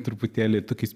truputėlį tokiais